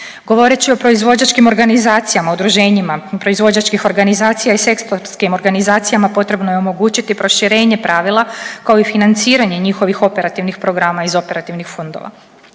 Govorit ću o proizvođačkim organizacijama, o udruženjima proizvođačkih organizacija i …/Govornik se ne razumije/…organizacijama potrebno je omogućiti proširenje pravila, kao i financiranje njihovih operativnih programa iz operativnih fondova.